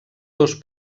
dos